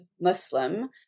Muslim